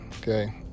Okay